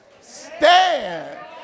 stand